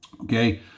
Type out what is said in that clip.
okay